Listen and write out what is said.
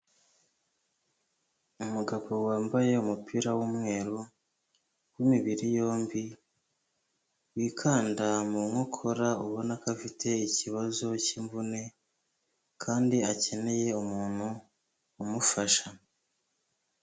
Uugabo wambaye umupira w'umweru w'imibiri yombi wikanda mu nkokora ubona ko afite ikibazo cy'imvune kandi akeneye umuntu umufasha.